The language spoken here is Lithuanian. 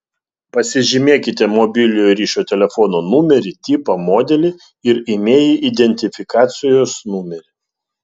pasižymėkite mobiliojo ryšio telefono numerį tipą modelį ir imei identifikacijos numerį